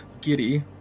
Giddy